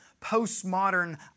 postmodern